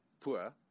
poor